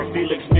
Felix